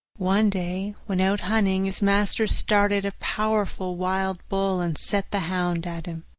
one day, when out hunting, his master started a powerful wild boar and set the hound at him.